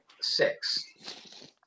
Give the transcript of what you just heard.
Six